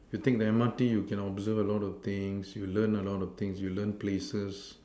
you take the M_R_T you can observe a lot of things you learn a lot of things you learn places